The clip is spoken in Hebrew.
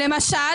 למשל,